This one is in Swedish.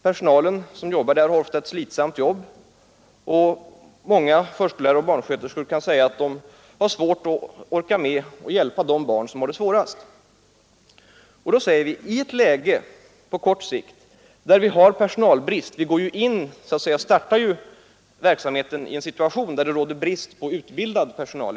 Personalen har ofta ett slitsamt jobb, och en del förskollärare och barnsköterskor orkar kanske inte med att hjälpa de barn som har det svårast. Vi startar nu vidare verksamheten i en situation där det råder brist på utbildad personal.